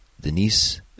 Denise